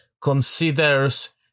considers